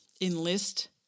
enlist